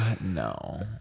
No